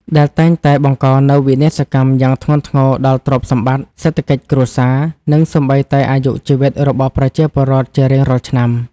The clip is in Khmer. ដែលតែងតែបង្កនូវវិនាសកម្មយ៉ាងធ្ងន់ធ្ងរដល់ទ្រព្យសម្បត្តិ សេដ្ឋកិច្ចគ្រួសារ និងសូម្បីតែអាយុជីវិតរបស់ប្រជាពលរដ្ឋជារៀងរាល់ឆ្នាំ។